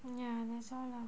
ya that's all lah